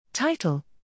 Title